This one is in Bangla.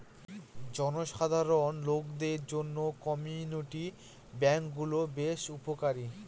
জনসাধারণ লোকদের জন্য কমিউনিটি ব্যাঙ্ক গুলো বেশ উপকারী